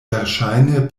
verŝajne